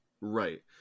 Right